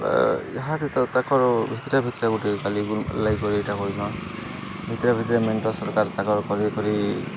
ଏହାତିତ ତାଙ୍କର ଭିତରେ ଭିତରେ ଗୋଟେ କରି ଏଇଟା କରିନ ଭିତରେ ଭିତରେ ମେଣ୍ଟ ସରକାର ତାଙ୍କର କରି କରି